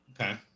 Okay